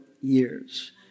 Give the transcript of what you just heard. years